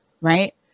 right